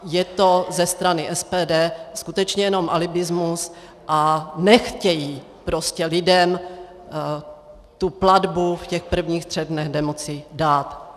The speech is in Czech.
Je to ze strany SPD skutečně jenom alibismus a nechtějí prostě lidem tu platbu v těch prvních třech dnech nemoci dát.